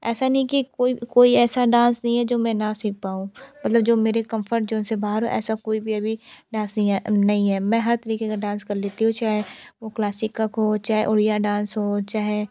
ऐसा नहीं है कि कोई कोई ऐसा डांस नहीं है जो मैं ना सीख पाऊँ मतलब जो मेरे कम्फर्ट जोन से बाहर हो ऐसा कोई भी अभी डांस नहीं है नहीं है मैं हर तरीक़े का डांस कर लेती हूँ चाहे वो क्लासिकक हो चाहे ओड़िया डांस हो चाहे